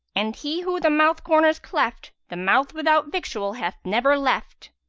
and he who the mouth-corners cleft, the mouth without victual hath never left.